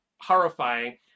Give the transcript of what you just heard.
horrifying